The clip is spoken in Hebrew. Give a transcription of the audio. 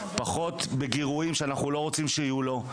פחות בגירויים שאנחנו לא רוצים שיהיו לו,